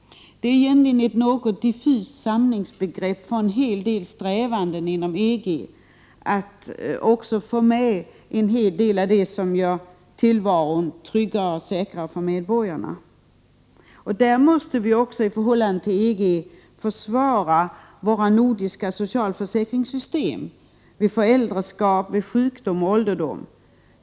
Det är 2gentligen ett något diffust samlingsbegrepp för strävandena inom EG att få ned en hel del av det som gör tillvaron tryggare och säkrare för medborgarna. Vi måste i förhållande till EG försvara våra nordiska socialförsäkringssystem vid föräldraskap, sjukdom och ålderdom.